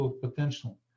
potential